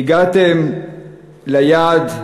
והגעתם ליעד,